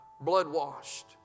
blood-washed